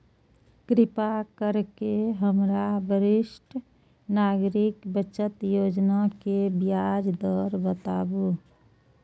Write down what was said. कृपा करके हमरा वरिष्ठ नागरिक बचत योजना के ब्याज दर बताबू